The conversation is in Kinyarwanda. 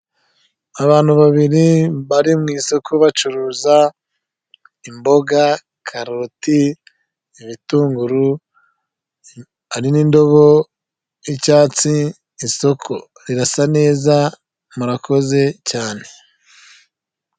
Abantu babiri bari mu isoko bacuruza imboga, karoti, ibitunguru, hari nindobo y’icyatsi, isoko rirasa neza. Murakoze cyane.